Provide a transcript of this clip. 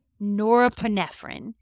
norepinephrine